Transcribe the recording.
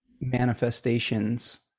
manifestations